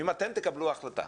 אם אתם תקבלו החלטה